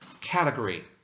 category